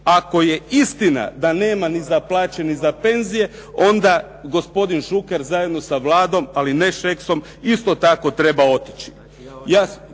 Ako je istina da nema ni za plaće ni za penzije, onda gospodin Šuker, zajedno sa Vladom, ali ne Šeksom isto tako treba otići.